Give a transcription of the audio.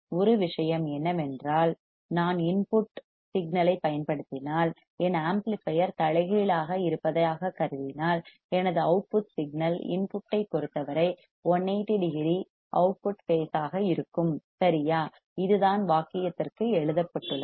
ஒரு விஷயம் என்னவென்றால் நான் இன்புட் சிக்னல் ஐப் பயன்படுத்தினால் என் ஆம்ப்ளிபையர் தலைகீழாக இருப்பதாகக் கருதினால் எனது அவுட்புட் சிக்னல் இன்புட் யைப் பொறுத்தவரை 180 டிகிரி அவுட் ஆஃப் பேஸ் ஆக இருக்கும் சரியா இதுதான் வாக்கியத்திற்கு எழுதப்பட்டுள்ளது